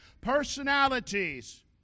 personalities